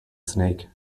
snake